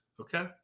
Okay